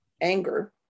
anger